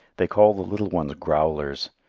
they call the little ones growlers,